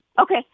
Okay